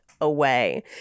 away